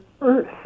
earth